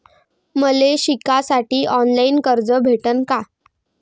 मले शिकासाठी ऑफलाईन कर्ज भेटन का?